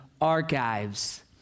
Archives